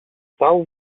wstał